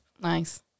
nice